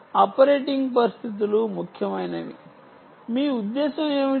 operating పరిస్థితులు ముఖ్యమైనవి మీ ఉద్దేశ్యం ఏమిటి